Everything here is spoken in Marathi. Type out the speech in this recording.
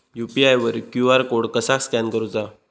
यू.पी.आय वर क्यू.आर कोड कसा स्कॅन करूचा?